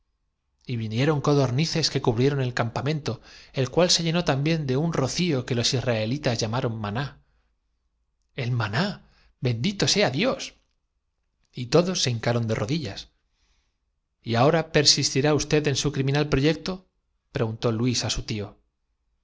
y vinieron codornices que cubrieron el campa tiene razónobjetó benjamínno adelantamos nada mento el cual se llenó también de un rocío que los is raelitas llamaron maná sí se adelanta la comidaargüyó la de pinto el maná bendito sea dios luego no hay clemencia y todos se hincaron de rodillas ninguna muramos corriente muramoz pero lo que ez usted inau y ahora persistirá usted en su criminal proyecto gura el matadero preguntó luís á su tío